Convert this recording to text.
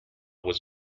was